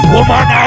Woman